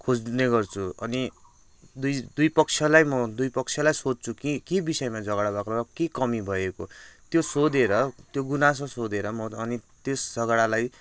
खोज्ने गर्छु अनि दुई दुई पक्षलाई म दुई पक्षलाई सोध्छु कि के बिषयमा झगडा भएको र के कमी भएको त्यो सोधेर त्यो गुनासो सोधेर म अनि त्यस झगडालाई